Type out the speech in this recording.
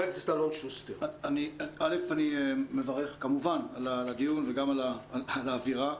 אני מברך, כמובן, על הדיון ועל האווירה.